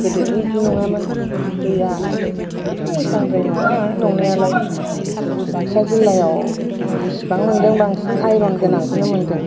गोदोथ' बिदि नङामोन दैयाबो मोजांद्राय नङा नंनायालाय बाक्सा जिल्लायाव आं जेसेबां मोनदों बांसिन आइरन गोनांखौनो मोनदों